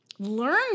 Learn